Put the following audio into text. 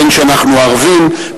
בין שאנחנו ערבים,